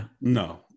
No